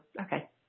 Okay